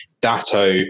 Datto